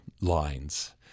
lines